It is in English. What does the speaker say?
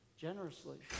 generously